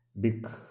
big